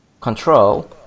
Control